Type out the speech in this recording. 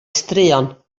straeon